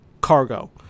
cargo